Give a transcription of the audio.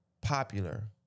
popular